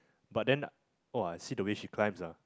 but then oh I see the way she climbs ah